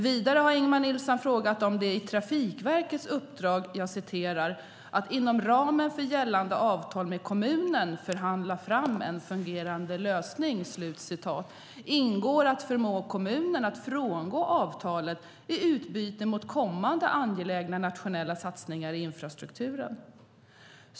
Vidare har Ingemar Nilsson frågat om det i Trafikverkets uppdrag "att inom ramen för gällande avtal med kommunen förhandla fram en fungerande lösning" ingår att förmå kommunen att frångå avtalet i utbyte mot kommande angelägna nationella satsningar i infrastrukturen.